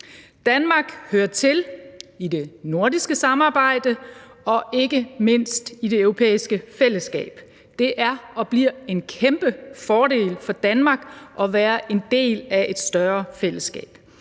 Danmark hører til i det nordiske samarbejde og ikke mindst i Det Europæiske Fællesskab. Det er og bliver en kæmpefordel for Danmark at være en del af et større fællesskab.